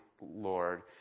Lord